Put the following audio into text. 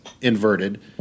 inverted